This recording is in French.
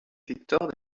victor